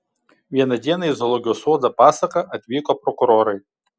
vieną dieną į zoologijos sodą pasaką atvyko prokurorai